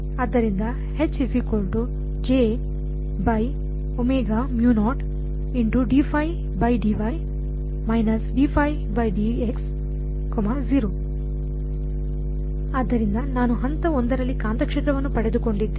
ಆದ್ದರಿಂದ ಆದ್ದರಿಂದ ನಾನು ಹಂತ 1 ರಲ್ಲಿ ಕಾಂತಕ್ಷೇತ್ರವನ್ನು ಪಡೆದುಕೊಂಡಿದ್ದೇನೆ